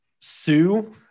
sue